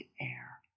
air